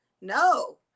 No